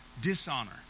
dishonor